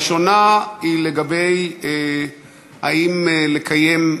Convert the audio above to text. הראשונה היא לגבי אם לקיים,